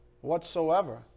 whatsoever